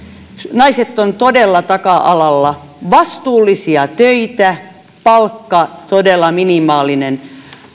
naiset ovat todella taka alalla vastuullisia töitä palkka todella minimaalinen